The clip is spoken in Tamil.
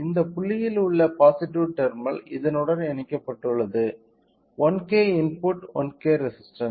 இந்த புள்ளியில் உள்ள பாசிட்டிவ் டெர்மினல் இதனுடன் இணைக்கப்பட்டுள்ளது 1K இன்புட் 1K ரெசிஸ்டன்ஸ்